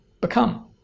become